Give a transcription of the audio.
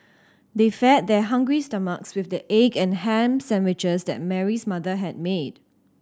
they fed their hungry stomachs with the egg and ham sandwiches that Mary's mother had made